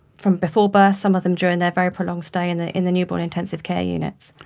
from before birth, some of them during their very prolonged stay in the in the newborn intensive care units.